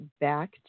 back